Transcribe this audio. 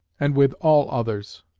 and with all others,